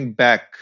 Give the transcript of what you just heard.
back